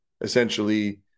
Essentially